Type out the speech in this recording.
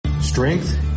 Strength